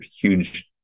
huge